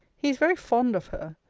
he is very fond of her.